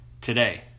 today